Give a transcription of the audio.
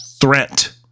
threat